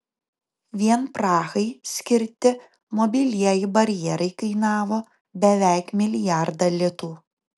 vien prahai skirti mobilieji barjerai kainavo beveik milijardą litų